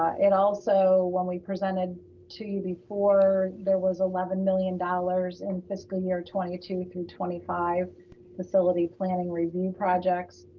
it also, when we presented to you before, there was eleven million dollars in fiscal year twenty two through twenty five facility planning review projects,